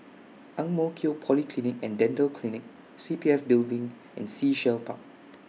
Ang Mo Kio Polyclinic and Dental Clinic C P F Building and Sea Shell Park